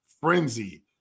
frenzy